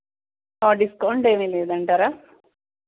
discount ఏమి లేదంటారా